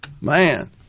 Man